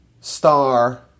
star